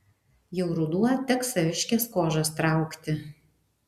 jau ruduo teks saviškes kožas traukti